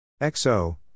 XO